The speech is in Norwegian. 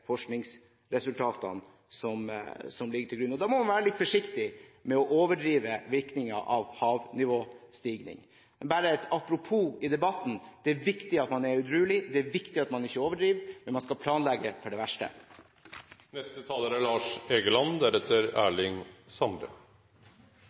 faktiske forskningsresultater som ligger til grunn. Da må man være litt forsiktig med å overdrive virkningen av havnivåstigning. Bare et apropos i debatten: Det er viktig at man er edruelig, det er viktig at man ikke overdriver – men man skal planlegge for det